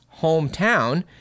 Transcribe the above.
hometown